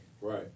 Right